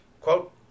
Quote